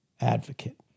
advocate